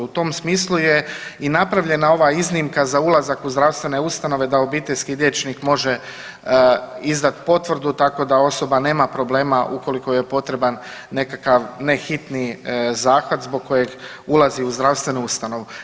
U tom smislu je i napravljena ova iznimka za ulazak u zdravstvene ustanove da obiteljski liječnik može izdati potvrdu tako da osoba nema problema ukoliko joj je potreban nekakav ne hitni zahvat zbog kojeg ulazi u zdravstvenu ustanovu.